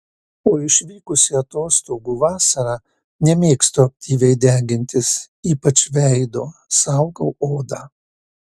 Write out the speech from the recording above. o išvykusi atostogų vasarą nemėgstu aktyviai degintis ypač veido saugau odą